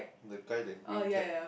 the guy the green cap